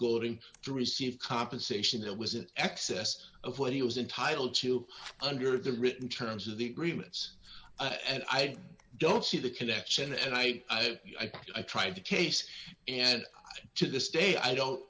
golding to receive compensation that was an excess of what he was entitled to under the written terms of the agreements and i don't see the connection and i i tried to case and to this day i don't